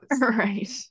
Right